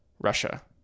Russia